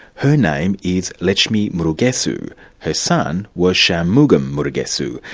her name is letchumi murugesu her son was shanmugam muru-gesu,